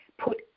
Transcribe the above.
put